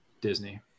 Disney